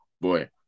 boy